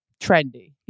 Trendy